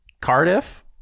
Cardiff